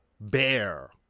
bear